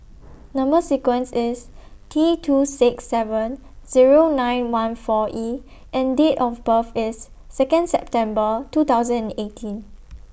Number sequence IS T two six seven Zero nine one four E and Date of birth IS Second September two thousand and eighteen